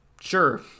sure